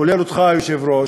כולל אותך, היושב-ראש,